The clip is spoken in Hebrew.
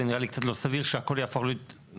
זה נראה לי קצת לא סביר שהכל יהפוך להיות חיוני.